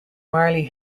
marley